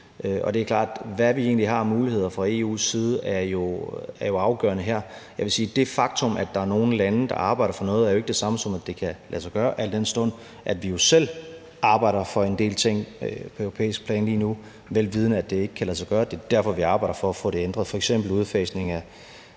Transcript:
at det jo er afgørende, hvad vi egentlig har af muligheder i forhold til EU. Jeg vil sige, at det faktum, at der er nogle lande, der arbejder for noget, jo ikke er det samme, som at det kan lade sig gøre, al den stund at vi jo selv arbejder for en del ting på europæisk plan lige nu, vel vidende at det ikke kan lade sig gøre. Det er derfor, vi arbejder for at få det ændret, f.eks. udfasning af